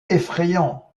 effrayant